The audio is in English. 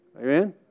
Amen